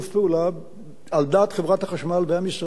על דעת חברת החשמל והמשרד, והסיפור הזה עובד.